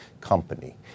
company